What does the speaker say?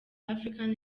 african